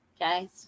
Okay